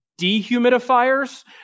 dehumidifiers